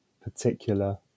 particular